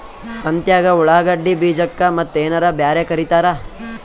ಸಂತ್ಯಾಗ ಉಳ್ಳಾಗಡ್ಡಿ ಬೀಜಕ್ಕ ಮತ್ತೇನರ ಬ್ಯಾರೆ ಕರಿತಾರ?